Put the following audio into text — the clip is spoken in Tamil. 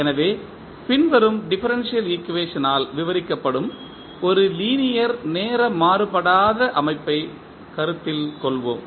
எனவே பின்வரும் டிஃபரன்ஷியல் ஈக்குவேஷனால் விவரிக்கப்படும் ஒரு லீனியர் நேர மாறுபடாத அமைப்பைக் கருத்தில் கொள்வோம்